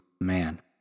man